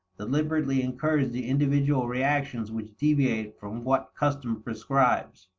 deliberately encouraged the individual reactions which deviate from what custom prescribes.